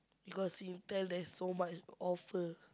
because Singtel there's so much offer